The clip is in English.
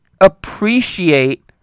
appreciate